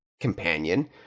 companion